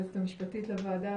היועצת המשפטית לוועדה.